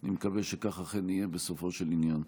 ואני מקווה שכך אכן יהיה בסופו של עניין.